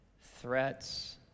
threats